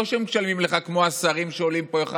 לא שמשלמים לך כמו השרים שעולים פה אחד